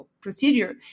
procedure